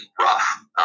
rough